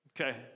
Okay